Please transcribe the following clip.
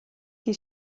chi